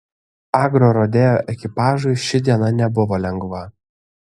agrorodeo ekipažui ši diena nebuvo lengva